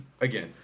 Again